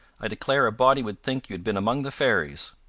i declare a body would think you had been among the fairies.